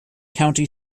county